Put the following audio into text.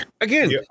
again